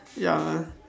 ya